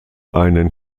einen